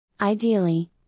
Ideally